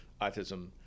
autism